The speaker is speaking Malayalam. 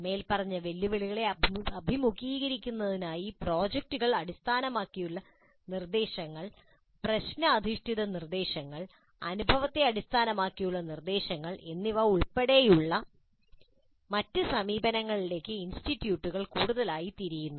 മേൽപ്പറഞ്ഞ വെല്ലുവിളികളെ അഭിമുഖീകരിക്കുന്നതിനായി പ്രോജക്ടുകൾ അടിസ്ഥാനമാക്കിയുള്ള നിർദ്ദേശങ്ങൾ പ്രശ്ന അധിഷ്ഠിത നിർദ്ദേശങ്ങൾ അനുഭവത്തെ അടിസ്ഥാനമാക്കിയുള്ള നിർദ്ദേശങ്ങൾ എന്നിവ ഉൾപ്പെടെയുള്ള മറ്റ് സമീപനങ്ങളിലേക്ക് ഇൻസ്റ്റിറ്റ്യൂട്ടുകൾ കൂടുതലായി തിരിയുന്നു